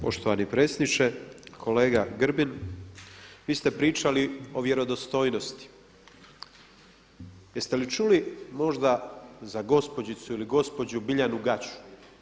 Poštovani predsjedniče, kolega Grbin vi ste pričali o vjerodostojnosti jeste li čuli možda za gospođicu ili gospođu Biljanu Gaču?